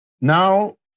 Now